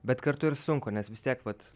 bet kartu ir sunku nes vis tiek vat